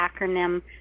acronym